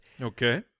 Okay